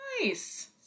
Nice